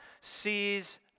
sees